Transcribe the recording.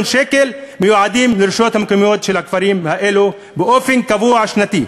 שקל המיועדים לרשויות המקומיות של הכפרים האלו באופן קבוע שנתי.